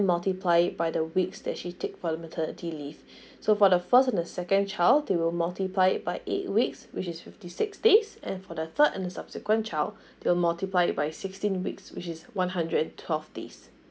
multiply it by the weeks that she take for the maternity leave so for the first and the second child they will multiply it by eight weeks which is fifty six days and for the third and the subsequent child they will multiply it by sixteen weeks which is one hundred and twelve days